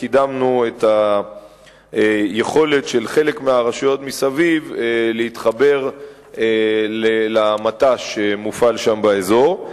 וקידמנו את היכולת של חלק מהרשויות מסביב להתחבר למט"ש שמופעל שם באזור.